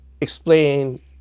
explain